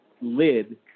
lid